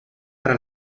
para